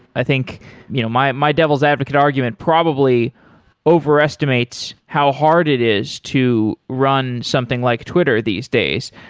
i think you know my my devil's advocate argument probably overestimates how hard it is to run something like twitter these days.